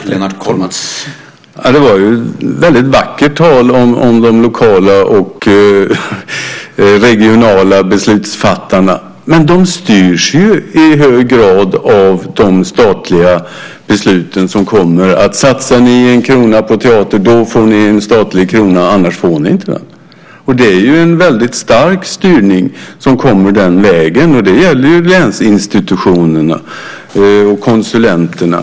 Herr talman! Det var ett väldigt vackert tal om de lokala och regionala beslutsfattarna. Men de styrs ju i hög grad av de statliga besluten. Satsar ni en krona på teater får ni en statlig krona, annars får ni inte den. Det är en väldigt stark styrning som kommer den vägen till länsinstitutionerna och konsulenterna.